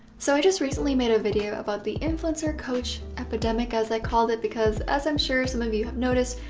so i just recently made a video about the influencer coach epidemic as i called it, because as i'm sure some of you have noticed,